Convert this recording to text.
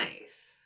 Nice